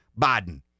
Biden